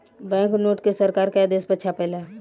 bank note के सरकार के आदेश पर छापाला